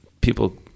people